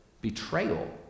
betrayal